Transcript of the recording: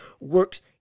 works